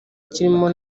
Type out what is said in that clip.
kirimo